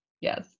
yes